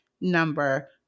number